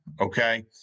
Okay